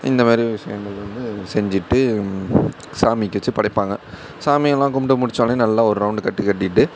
இந்த மாதிரி விஷயங்கள் வந்து செஞ்சுட்டு சாமிக்கு வச்சு படைப்பாங்க சாமியெல்லாம் கும்பிட்டு முடிச்சோன்னே நல்லா ஒரு ரௌண்டு கட்டு கட்டிகிட்டு